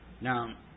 Now